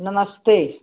नमस्ते